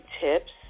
tips